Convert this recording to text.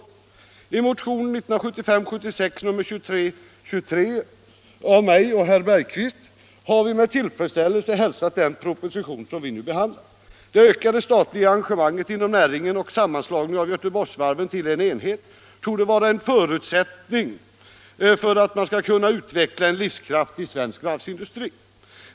I motionen 1975/76:2323 har jag och herr Bergqvist med tillfredsställelse hälsat den proposition som vi nu behandlar. Det ökade statliga engagemanget inom näringen och sammanslagningen av göteborgsvarven till en enhet torde vara en förutsättning för att man skall kunna utveckla en livskraftig svensk varvsindustri.